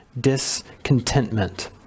discontentment